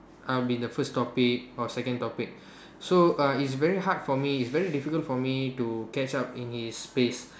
I'll be the first topic or second topic so uh it's very hard for me it's very difficult for me to catch up in his pace